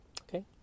okay